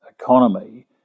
economy